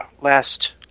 last